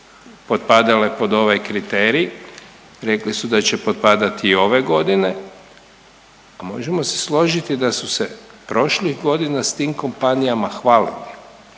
potpadale pod ovaj kriterij, rekli su da će potpadati i ove godine, pa možemo se složiti da su se prošlih godina s tim kompanijama hvalili.